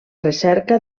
recerca